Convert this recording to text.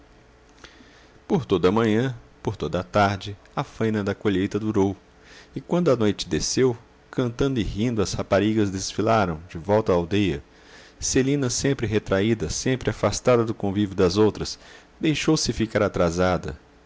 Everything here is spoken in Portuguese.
por toda a manhã por toda a tarde a faina da colheita durou e quando a noite desceu cantando e rindo as raparigas desfilaram de volta à aldeia celina sempre retraída sempre afastada do convívio das outras deixou-se ficar atrasada